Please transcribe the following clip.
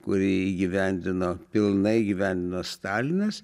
kurį įgyvendino pilnai įgyvendino stalinas